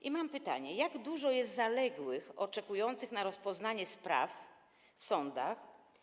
I mam pytanie: Jak dużo jest zaległych, oczekujących na rozpoznanie spraw w sądach?